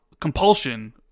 Compulsion